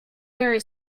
very